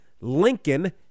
Lincoln